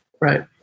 Right